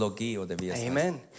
Amen